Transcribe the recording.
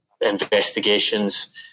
investigations